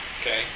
Okay